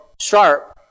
sharp